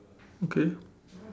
okay